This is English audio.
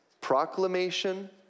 proclamation